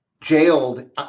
jailed